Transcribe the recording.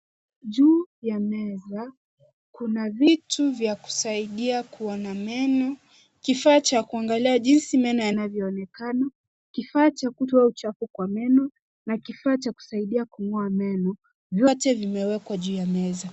Juu ya meza, kuna vitu vya kusaidia kuona meno, kifaa cha kuangalia jinsi meno yanayoonekana, kifaa cha kutoa uchafu kwa meno na kofaa cha kusaidia kung'oa meno. Vyote vimewekwa juu ya meza.